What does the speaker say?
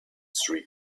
three